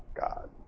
God